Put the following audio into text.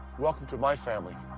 welcome to my family.